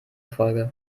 folge